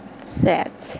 set